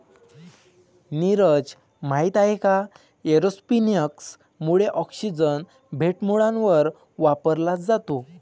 नीरज, माहित आहे का एरोपोनिक्स मुळे ऑक्सिजन थेट मुळांवर वापरला जातो